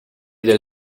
del